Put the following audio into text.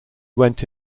went